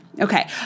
Okay